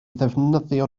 ddefnyddio